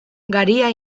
garia